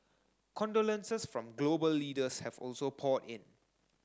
condolences from global leaders have also poured in